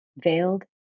veiled